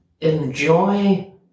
enjoy